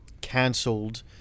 cancelled